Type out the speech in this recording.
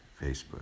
Facebook